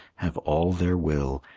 have all their will,